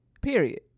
period